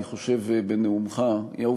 אני חושב,